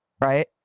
Right